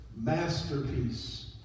masterpiece